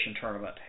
tournament